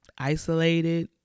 Isolated